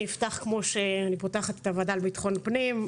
אני אפתח כמו שאני פותחת את ועדת ביטחון הפנים.